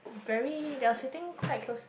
very that was sitting quite close